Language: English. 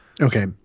Okay